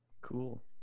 Cool